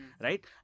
right